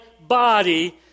body